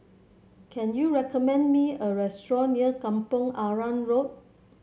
can you recommend me a restaurant near Kampong Arang Road